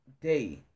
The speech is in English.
day